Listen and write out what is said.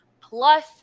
plus